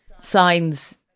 signs